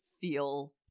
feel